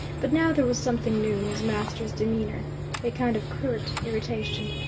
but now there was something new in his master's demeanour a kind of curt irritation,